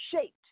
shaped